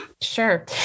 Sure